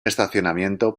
estacionamiento